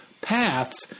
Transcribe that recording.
paths